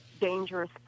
dangerous